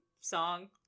song